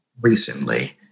recently